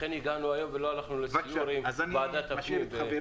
לכן הגענו היום ולא הלכנו לסיור עם ועדת הפנים.